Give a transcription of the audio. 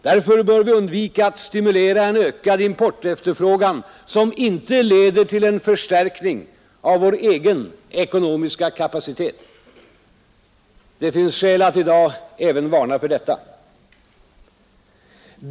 Därför bör vi undvika att stimulera en ökad importefterfrågan som inte leder till en förstärkning av vår egen ekonomiska kapacitet. Det finns skäl att i dag även varna för detta.